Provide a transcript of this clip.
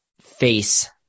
face